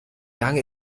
lang